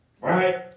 right